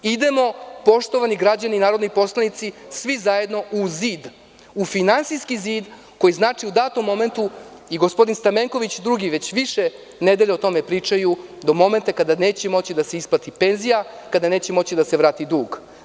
Idemo, poštovani građani i narodni poslanici, svi zajedno u zid, u finansijski zid koji znači u datom momentu, gospodin Stamenković i drugi, već više nedelja, o tome pričaju, da neće moći da se isplati penzija, kada neće moći da se vrati dug.